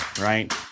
right